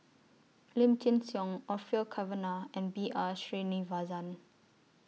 Lim Chin Siong Orfeur Cavenagh and B R Sreenivasan